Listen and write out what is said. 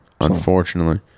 Unfortunately